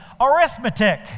arithmetic